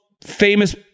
famous